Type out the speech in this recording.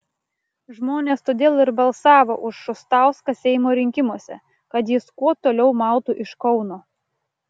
žmonės todėl ir balsavo už šustauską seimo rinkimuose kad jis kuo toliau mautų iš kauno